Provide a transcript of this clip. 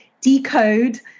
decode